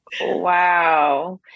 Wow